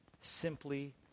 simply